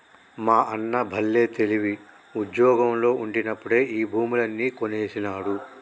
మా అన్న బల్లే తెలివి, ఉజ్జోగంలో ఉండినప్పుడే ఈ భూములన్నీ కొనేసినాడు